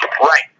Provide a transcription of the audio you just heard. Right